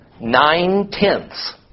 nine-tenths